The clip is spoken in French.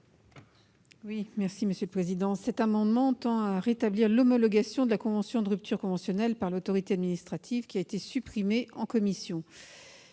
Quel est l'avis de la commission ? Cet amendement tend à rétablir l'homologation de la convention de rupture conventionnelle par l'autorité administrative, supprimée en commission.